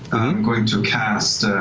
going to cast